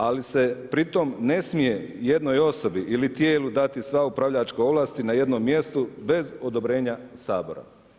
Ali se pritom ne smije jednoj osobi ili tijelu dati sva upravljačka ovlasti na jednom mjestu bez odobrenja Sabora.